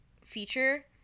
feature